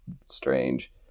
strange